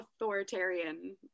authoritarian